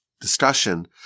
discussion